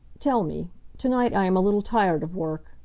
tell me to-night i am a little tired of work.